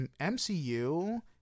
MCU